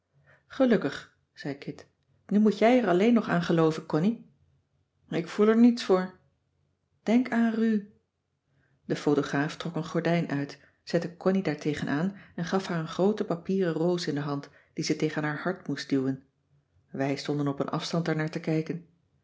gelukkig zei kit nu moet jij er alleen nog aangelooven connie ik voel er niets voor denk aan ru de photograaf trok een gordijn uit zette connie daar tegen aan en gaf haar een groote papieren roos in de hand die ze tegen haar hart moest duwen wij stonden op een afstand er naar te kijken